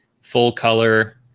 full-color